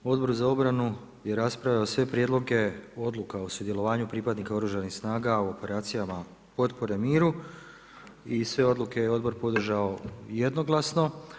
Odbor za obranu je raspravio sve prijedloge odluka o sudjelovanju pripadnika Oružanih snaga u operacijama potpore miru i sve odluke je odbor podržao jednoglasno.